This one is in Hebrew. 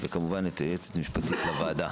וכמובן את היועצת המשפטית לוועדה.